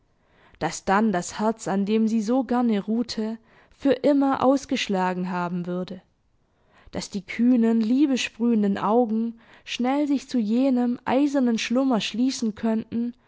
daß dann das herz an dem sie so gerne ruhte für immer ausgeschlagen haben würde daß die kühnen liebesprühenden augen schnell sich zu jenem eisernen schlummer schließen könnten